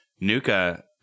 Nuka